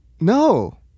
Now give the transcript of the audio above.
No